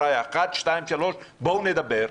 בואו נדבר,